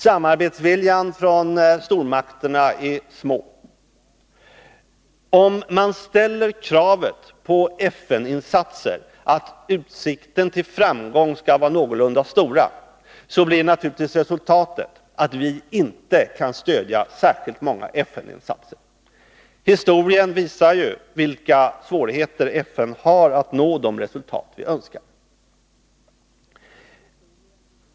Samarbetsviljan från stormakternas sida är liten. Om man när det gäller FN-insatser ställer kravet att utsikterna till framgång skall vara någorlunda stora, blir naturligtvis resultatet att vi inte kan stödja särskilt många FN-insatser. Historien visar ju vilka svårigheter FN har att nå de resultat vi önskar.